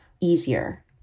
easier